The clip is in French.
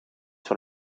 sur